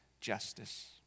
justice